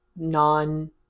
non